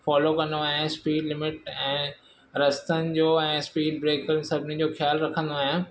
follow कंदो आहियां speed limit ऐंं रस्तनि जो ऐं स्पीड ब्रेकर सभिनिन जो ख़्यालु रखंदो आहियां